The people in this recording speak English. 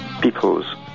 peoples